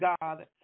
God